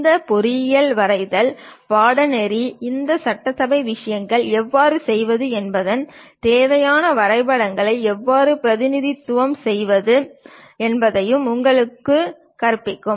இந்த பொறியியல் வரைதல் பாடநெறி இந்த சட்டசபை விஷயங்களை எவ்வாறு செய்வது என்பதையும் தேவையான வரைபடங்களை எவ்வாறு பிரதிநிதித்துவப்படுத்துவது என்பதையும் உங்களுக்குக் கற்பிக்கிறது